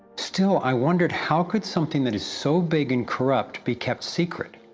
still, i wondered how could something that is so big and corrupt be kept secret?